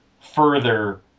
further